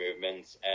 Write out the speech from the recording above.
movements